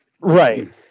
Right